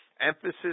Emphasis